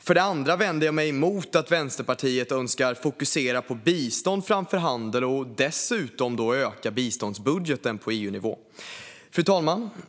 För det andra vänder jag mig mot att Vänsterpartiet önskar fokusera på bistånd framför handel och dessutom öka biståndsbudgeten på EU-nivå. Fru talman!